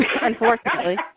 unfortunately